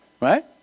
Right